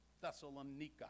Thessalonica